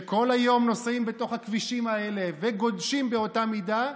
שכל היום נוסעים בתוך הכבישים האלה וגודשים באותה מידה,